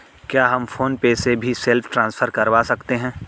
क्या हम PhonePe से भी सेल्फ ट्रांसफर करवा सकते हैं?